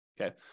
okay